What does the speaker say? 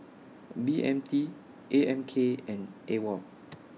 B M T A M K and AWOL